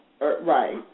Right